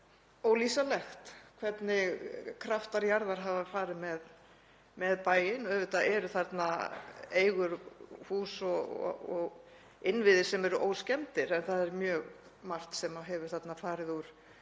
að sjá hvernig kraftar jarðar hafa farið með bæinn. Auðvitað eru þarna eigur, hús og innviðir sem eru óskemmd en það er mjög margt sem hefur þarna farið úr lagi